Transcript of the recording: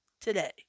today